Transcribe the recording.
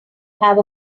have